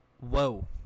whoa